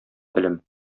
телем